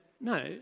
no